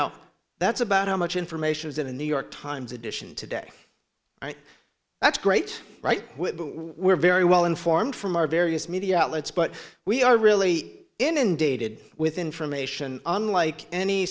now that's about how much information is in a new york times edition today that's great right we're very well informed from our various media outlets but we are really inundated with information unlike any